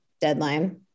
deadline